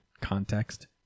context